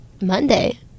Monday